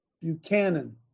Buchanan